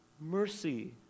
mercy